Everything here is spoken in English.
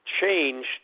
changed